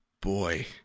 boy